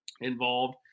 involved